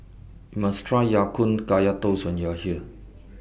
YOU must Try Ya Kun Kaya Toast when YOU Are here